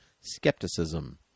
skepticism